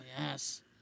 yes